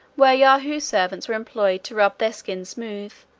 where yahoo servants were employed to rub their skins smooth,